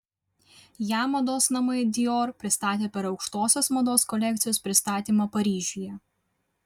ją mados namai dior pristatė per aukštosios mados kolekcijos pristatymą paryžiuje